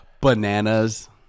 Bananas